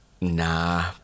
nah